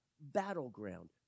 battleground